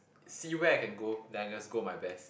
see where I can go then I just go my best